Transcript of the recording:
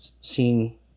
seen